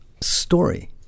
story